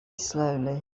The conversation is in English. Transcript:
slowly